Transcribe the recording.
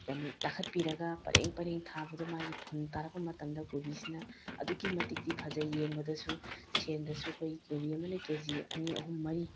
ꯀꯩꯅꯣ ꯇꯥꯈꯠꯄꯤꯔꯒ ꯄꯔꯦꯡ ꯄꯔꯦꯡ ꯊꯥꯕꯗꯣ ꯃꯥꯒꯤ ꯐꯨꯟ ꯇꯥꯔꯛꯄ ꯃꯇꯝꯗ ꯀꯣꯕꯤꯁꯤꯅ ꯑꯗꯨꯛꯀꯤ ꯃꯇꯤꯛꯀꯤ ꯐꯖꯩ ꯌꯦꯡꯕꯗꯁꯨ ꯁꯦꯟꯗꯁꯨ ꯑꯩꯈꯣꯏ ꯀꯣꯕꯤ ꯑꯃꯅ ꯀꯦ ꯖꯤ ꯑꯅꯤ ꯑꯍꯨꯝ ꯃꯔꯤ